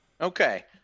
okay